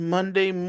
Monday